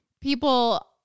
people